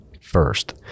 first